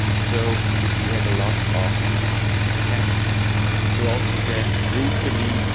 so we had a lot of cats brought to death brutally,